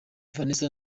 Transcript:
vanessa